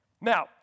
Now